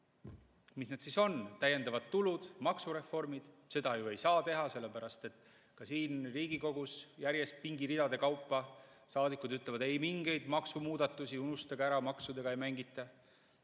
mis need siis on? Täiendavad tulud, maksureformid – neid ju ei saa teha, sellepärast et ka siin Riigikogus pingiridade kaupa saadikud ütlevad, et ei mingeid maksumuudatusi, unustage ära, maksudega ei mängita.